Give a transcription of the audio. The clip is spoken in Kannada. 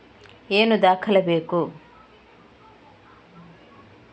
ಏನು ದಾಖಲೆ ಬೇಕು?